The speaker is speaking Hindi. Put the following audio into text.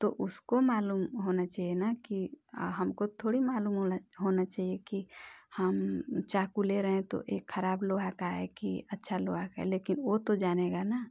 अब तो उसको मालूम होना चाहिए ना कि हमको थोड़ी मालूम होना होना चाहिए कि हम चाकू ले रहे हैं तो यह ख़राब लोहे का है कि अच्छे लोहे का है लेकिन वह तो जानेगा ना